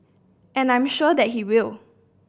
and I'm sure that he will